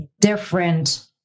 different